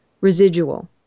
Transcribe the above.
residual